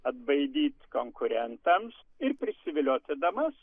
atbaidyt konkurentams ir prisivilioti damas